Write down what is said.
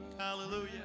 Hallelujah